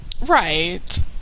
Right